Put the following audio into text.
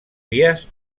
vies